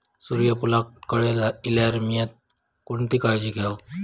सूर्यफूलाक कळे इल्यार मीया कोणती काळजी घेव?